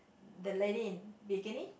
the lady in bikini